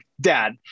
dad